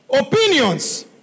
Opinions